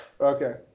okay